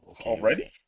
Already